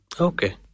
Okay